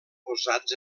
posats